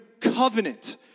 covenant